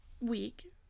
week